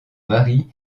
mari